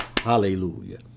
Hallelujah